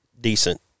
decent